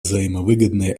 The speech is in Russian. взаимовыгодные